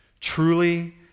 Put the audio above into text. Truly